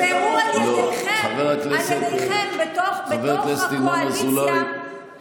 היו על תקדימים כאלה ואחרים שנקבעו על ידיכם בתוך הקואליציה שהייתה.